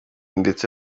ndetse